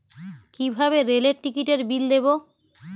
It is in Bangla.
কিভাবে রেলের টিকিটের বিল দেবো?